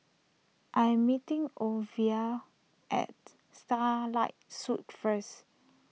I am meeting Orvil at Starlight Suites first